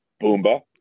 Boomba